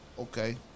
okay